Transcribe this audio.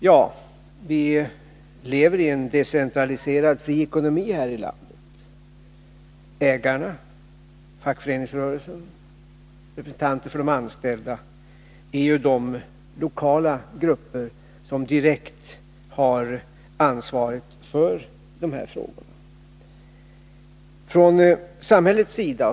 Ja, vi lever i en decentraliserad fri ekonomi här i landet, och ägarna, fackföreningsrörelsen och representanter för de anställda är ju de lokala grupper som direkt har ansvaret för de här frågorna.